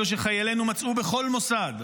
אלו שחיילינו מצאו בכל מוסד,